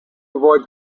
avoid